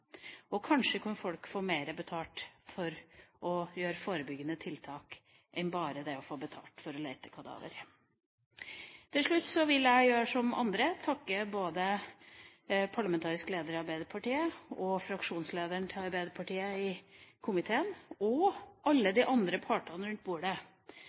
Kanskje kan folk få mer betalt for å gjøre forebyggende tiltak enn bare å få betalt for å lete etter kadaver. Til slutt vil jeg gjøre som andre, takke både parlamentarisk leder i Arbeiderpartiet, fraksjonslederen til Arbeiderpartiet i komiteen og alle de andre partene rundt bordet.